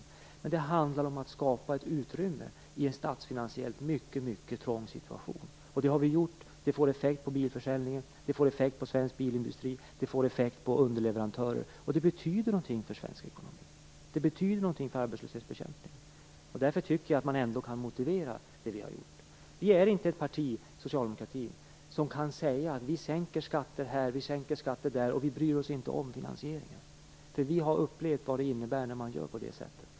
Det handlar emellertid om att skapa ett utrymme i en statsfinansiellt mycket trång situation. Det har vi gjort. Det får effekter på bilförsäljningen. Det får effekter på svensk bilindustri. Det får effekt för underleverantörerna. Det betyder något för svensk ekonomi, och det betyder något för arbetslöshetsbekämpningen. Därför tycker jag att man ändå kan motivera det vi har gjort. Socialdemokraterna är inte ett parti som kan säga att vi sänker skatter här och vi sänker skatter där utan att bry oss om finansieringen. Vi har nämligen upplevt vad det innebär att man gör på det sättet.